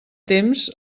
temps